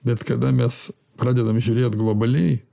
bet kada mes pradedam žiūrėt globaliai